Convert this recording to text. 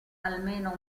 almeno